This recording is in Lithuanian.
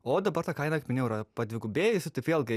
o dabar ta kaina kaip minėjau yra padvigubėjusi taip vėlgi